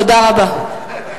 תודה רבה.